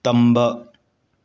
ꯇꯝꯕ